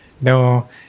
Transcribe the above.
No